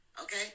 okay